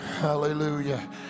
Hallelujah